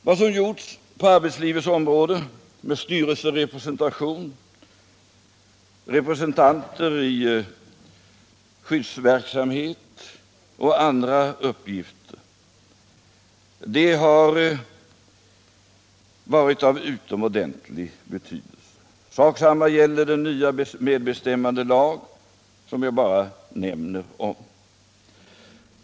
Vad som gjorts på arbetslivets område med styrelserepresentation, representanter i skyddsverksamhet och andra uppgifter har varit av utomordentlig betydelse. Sak samma gäller den nya medbestämmandelagen, som jag här bara nämner.